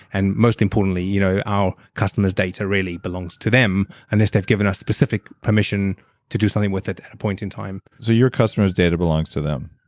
and most importantly, you know our customers' data really belongs to them unless they've given us specific permission to do something with it at a point in time so your customers' data belongs to them.